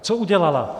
Co udělala?